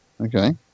Okay